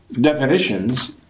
definitions